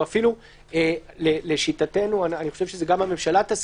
או אפילו לשיטתנו אני חושבת שגם מקובל